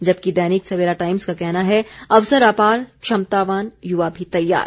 जबकि दैनिक सवेरा टाइम्स का कहना है अवसर आपार क्षमतावान युवा भी तैयार